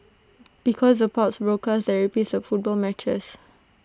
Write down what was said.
because the pubs broadcast the repeats of football matches